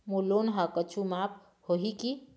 मोर loan हा कुछू माफ होही की?